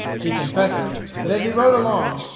he confesses that as he rode along,